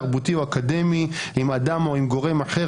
תרבותי או אקדמי עם אדם או עם גורם אחר,